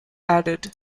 added